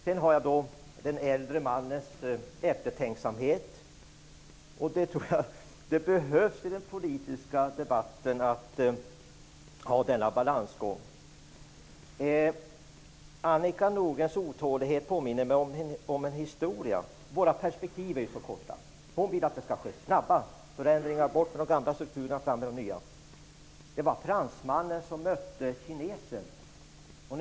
Sedan har jag den äldre mannens eftertänksamhet, och den balansgången tror jag behövs i den politiska debatten. Annika Nordgrens otålighet påminner mig om en historia. Våra perspektiv är ju så korta. Hon vill att det skall ske snabba förändringar - bort med de gamla strukturerna, fram med de nya! En fransman mötte en gång en kines.